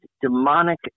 demonic